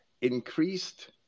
increased